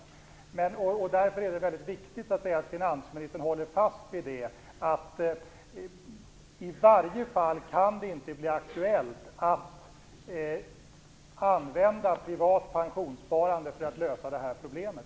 Det är väldigt viktigt att finansministern håller fast vid att det i varje fall inte kan bli aktuellt att använda privat pensionssparande för att lösa det här problemet.